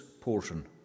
portion